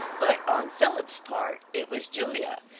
but on philip's part, it was julia,